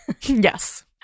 Yes